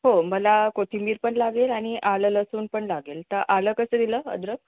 हो मला कोथिंबीर पण लागेल आणि आलं लसूण पण लागेल तर आलं कसं दिलं अद्रक